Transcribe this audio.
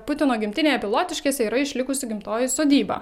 putino gimtinėje pilotiškėse yra išlikusi gimtoji sodyba